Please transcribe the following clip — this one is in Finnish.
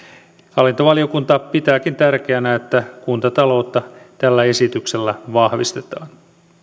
hallintovaliokunta pitääkin tärkeänä että kuntataloutta tällä esityksellä vahvistetaan